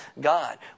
God